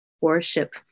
worship